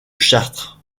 chartres